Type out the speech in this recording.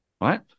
right